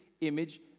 image